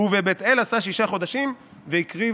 ובבית אל עשה ששה חודשים, והקריב